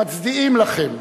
מצדיעים לכם,